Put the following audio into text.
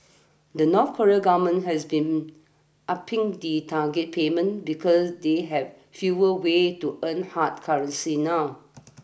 the North Korean government has been upping the target payments because they have fewer ways to earn hard currency now